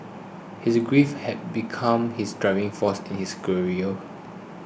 his grief had become his driving force in his career